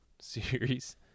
series